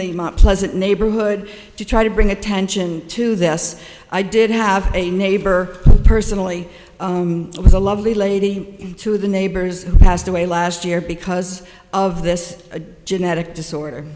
the pleasant neighborhood to try to bring attention to this i did have a neighbor personally with a lovely lady to the neighbors passed away last year because of this a genetic disorder